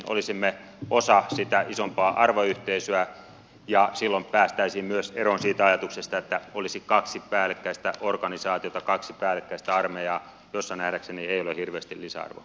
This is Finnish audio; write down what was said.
olisimme osa sitä isompaa arvoyhteisöä ja silloin päästäisiin myös eroon siitä ajatuksesta että olisi kaksi päällekkäistä organisaatiota kaksi päällekkäistä armeijaa jossa nähdäkseni ei ole hirveästi lisäarvoa